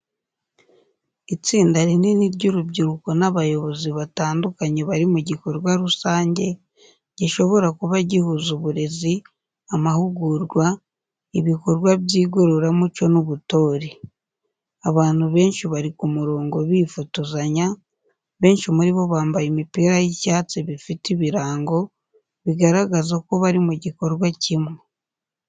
Itsinda rinini ry’urubyiruko n’abayobozi batandukanye bari mu gikorwa rusange, gishobora kuba gihuza uburezi, amahugurwa, ibikorwa by’igororamuco n'ubutore. Abantu benshi bari ku murongo bifotozanya, benshi muri bo bambaye imipira y’icyatsi bifite ibirango, bigaragaza ko bari mu gikorwa kimwe.